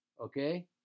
okay